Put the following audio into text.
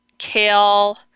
kale